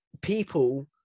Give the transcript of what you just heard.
people